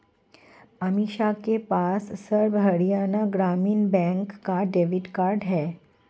अमीषा के पास सर्व हरियाणा ग्रामीण बैंक का डेबिट कार्ड है